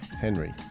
Henry